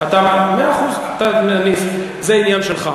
מאה אחוז, זה עניין שלך.